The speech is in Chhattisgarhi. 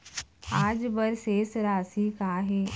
आज बर शेष राशि का हे?